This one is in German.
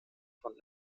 von